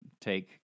take